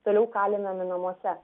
toliau kalinami namuose